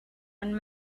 and